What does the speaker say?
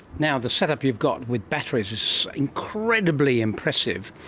now, the setup you've got with batteries is incredibly impressive.